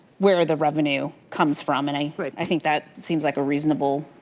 where the revenue comes from. and i i think that seems like a reasonable